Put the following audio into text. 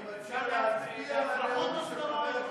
אני מציע להצביע על הסיכום של חבר הכנסת